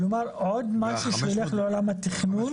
כלומר, עוד משהו שיילך לעולם התכנון.